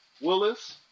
Willis